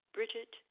Bridget